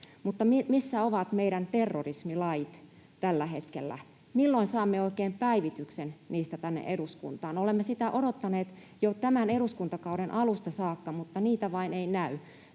Mutta missä ovat meidän terrorismilakimme tällä hetkellä? Milloin saamme oikein päivityksen niistä tänne eduskuntaan? Olemme sitä odottaneet jo tämän eduskuntakauden alusta saakka, mutta sitä vain ei näy.